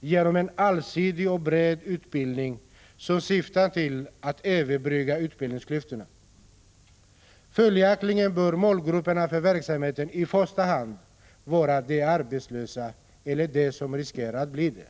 genom en allsidig och bred utbildning som syftar till att överbrygga utbildningsklyftorna. Följaktligen bör målgrupperna för verksamheten i första hand vara de arbeslösa eller de som riskerar att bli det.